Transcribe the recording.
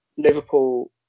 Liverpool